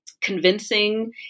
Convincing